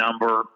number